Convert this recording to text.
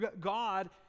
God